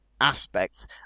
aspects